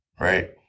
Right